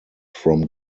from